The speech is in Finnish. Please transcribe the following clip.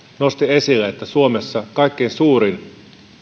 nosti esille että suomessa kaikkein suurin